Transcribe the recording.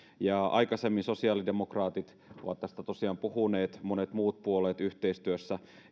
ja aikaisemmin sosiaalidemokraatit ovat tästä tosiaan puhuneet monet muut puolueet yhteistyössä